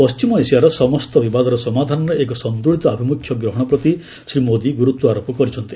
ପଣ୍ଟିମ ଏସିଆର ସମସ୍ତ ବିବାଦର ସମାଧାନରେ ଏକ ସନ୍ତୁଳିତ ଆଭିମୁଖ୍ୟ ଗ୍ରହଣ ପ୍ରତି ଶ୍ରୀ ମୋଦୀ ଗୁରୁତ୍ୱ ଆରୋପ କରିଛନ୍ତି